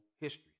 history